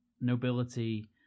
nobility